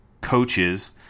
coaches